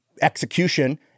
execution